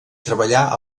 treballar